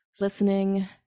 listening